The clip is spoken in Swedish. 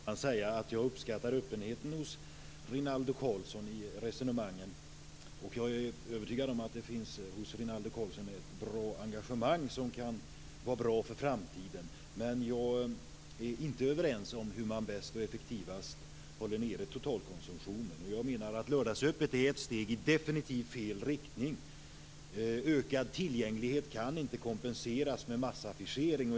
Herr talman! Jag uppskattar Rinaldo Karlssons öppenhet i resonemangen, och jag är övertygad om att det hos honom finns ett bra engagemang som kan vara bra för framtiden. Men jag är inte överens med honom om hur man bäst och effektivast håller nere totalkonsumtionen. Jag menar att lördagsöppet definitivt är ett steg i fel riktning. Ökad tillgänglighet kan inte kompenseras med massaffischering.